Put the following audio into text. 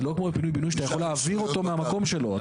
זה לא כמו בפינוי בינוי שאתה יכול להעביר אותו מהמקום שלו.